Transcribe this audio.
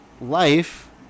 life